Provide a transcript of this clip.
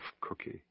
Cookie